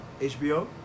HBO